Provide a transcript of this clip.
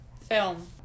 film